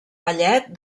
ballet